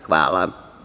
Hvala.